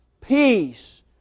peace